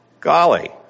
Golly